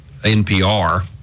NPR